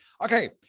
okay